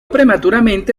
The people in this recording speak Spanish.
prematuramente